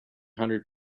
hundred